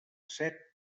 set